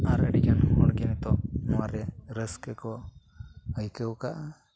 ᱟᱨ ᱟᱹᱰᱤ ᱦᱚᱲᱜᱮ ᱱᱤᱛᱚᱜ ᱱᱚᱣᱟᱨᱮ ᱨᱟᱹᱥᱠᱟᱹ ᱠᱚ ᱟᱹᱭᱠᱟᱹᱣ ᱟᱠᱟᱫᱼᱟ